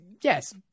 yes